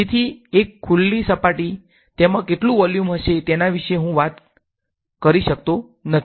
તેથી એક ખુલ્લી સપાટી તેમા કેટલું વોલ્યુમ હશે તેના વિશે હુ વાત કરી શકતો નથી